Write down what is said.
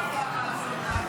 עשר דקות לרשותך.